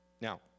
Now